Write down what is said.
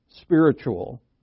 spiritual